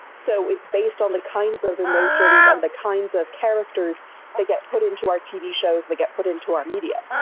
so it's based on the kinds of emotions and the kinds of characters they get put into our tv shows, that get put into our media.